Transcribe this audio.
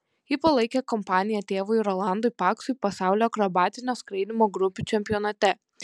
ji palaikė kompaniją tėvui rolandui paksui pasaulio akrobatinio skraidymo grupių čempionate